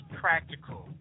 practical